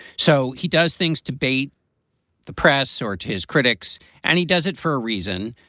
so he does things to bait the press or to his critics, and he does it for a reason,